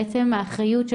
בעצם האחריות,